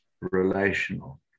relational